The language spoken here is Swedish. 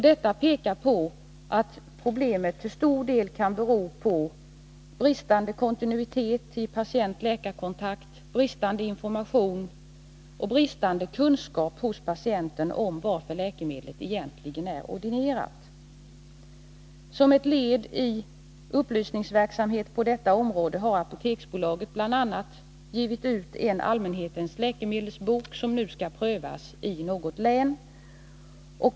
Detta pekar mot att problemet till stor del kan bero på bristande kontinuitet i kontakten patient-läkare, bristande information och bristande kunskap hos patienten om vad läkemedlet egentligen är ordinerat för. Som ett led i upplysningsverksamheten på detta område har Apoteksbolaget bl.a. givit ut en allmänhetens läkemedelsbok, som nu skall prövas i något län.